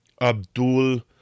Abdul